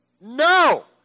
No